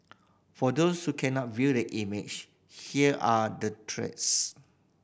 for those who cannot view the image here are the threats